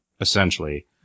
essentially